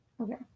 Okay